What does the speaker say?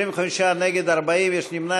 25, נגד 40, יש נמנע